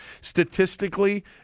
Statistically